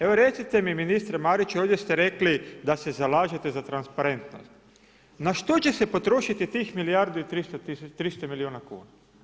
Evo, recite mi ministre Mariću, ovdje ste rekli da se zalažete za transparentnost, na što će se potrošiti tih milijardu i 300 milijuna kuna.